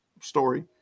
story